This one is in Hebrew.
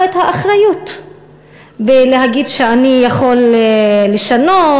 את האחריות בלהגיד שאני יכול לשנות,